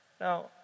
Now